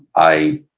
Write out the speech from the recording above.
i